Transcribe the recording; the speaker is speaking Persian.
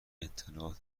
اطلاعات